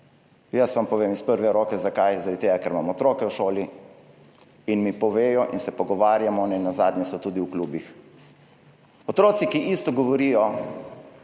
ne. Vam povem iz prve roke. Zakaj? Zaradi tega ker imam otroke v šoli in mi povedo in se pogovarjamo, nenazadnje so tudi v klubih. Otroci, ki isto govorijo,